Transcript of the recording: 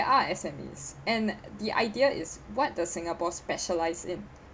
there are S_M_Es and the idea is what does singapore specialise in